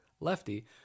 lefty